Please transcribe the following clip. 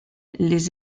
les